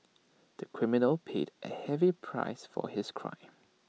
the criminal paid A heavy price for his crime